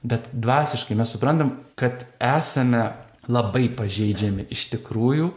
bet dvasiškai mes suprantam kad esame labai pažeidžiami iš tikrųjų